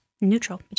Neutral